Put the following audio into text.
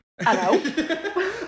hello